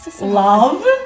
love